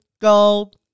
Gold